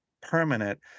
permanent